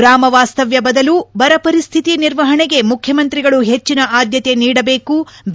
ಗ್ರಾಮ ವಾಸ್ತವ್ವ ಬದಲು ಬರ ಪರಿಸ್ತಿತಿ ನಿರ್ವಹಣೆಗೆ ಮುಖ್ಯಮಂತ್ರಿಗಳು ಹೆಚ್ಚಿನ ಆಧ್ಯತೆ ನೀಡಬೇಕು ಬಿ